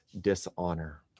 dishonor